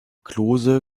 klose